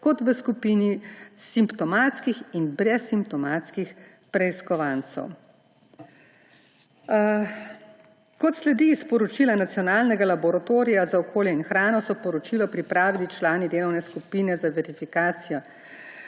kot v skupini simptomatskih in brezsimptomatskih preiskovancev. Kot sledi iz poročila Nacionalnega laboratorija za zdravje, okolje in hrano, so poročilo pripravili člani delovne skupine za verifikacijo